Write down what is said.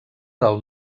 del